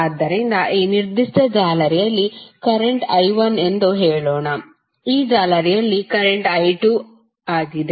ಆದ್ದರಿಂದ ಈ ನಿರ್ದಿಷ್ಟ ಜಾಲರಿಯಲ್ಲಿ ಕರೆಂಟ್ I1 ಎಂದು ಹೇಳೋಣ ಈ ಜಾಲರಿಯಲ್ಲಿ ಕರೆಂಟ್ I2 ಆಗಿದೆ